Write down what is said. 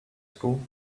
school